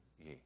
ye